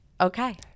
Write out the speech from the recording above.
Okay